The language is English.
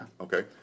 Okay